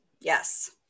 yes